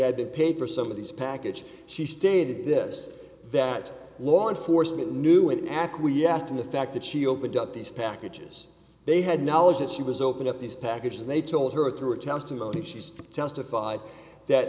been paid for some of these package she stated this that law enforcement knew it acquiesced in the fact that she opened up these packages they had knowledge that she was open up these packages and they told her through testimony she's testified that